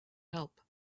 help